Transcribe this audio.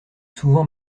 souvent